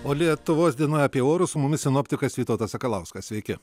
o lietuvos dienoj apie orus su mumis sinoptikas vytautas sakalauskas sveiki